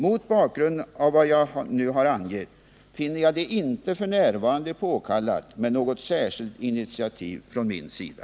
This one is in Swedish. Mot bakgrund av vad jag nu har angett finner jag det inte f. n. påkallat med något särskilt initiativ från min sida.